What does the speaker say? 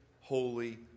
holy